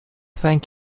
thank